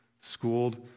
schooled